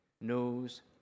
knows